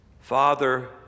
Father